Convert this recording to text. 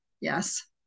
Yes